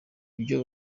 ibyo